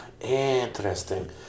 Interesting